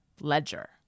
Ledger